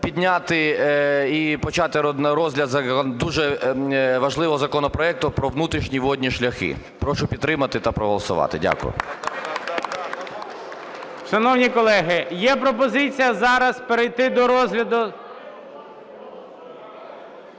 підняти і почати розгляд дуже важливого законопроекту про внутрішні водні шляхи. Прошу підтримати та проголосувати.